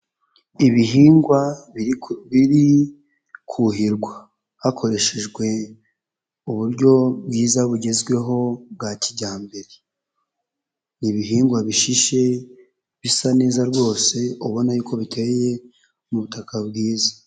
Ibihingwa biri kuhirwa hakoreshejwe uburyo bwiza bugezweho bwa kijyambere, ni ibihingwa bishishe bisa neza rwose ubona yuko ko biteye mu butaka bwiza.